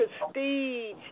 prestige